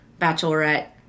Bachelorette